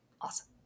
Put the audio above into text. awesome